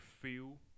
feel